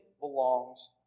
belongs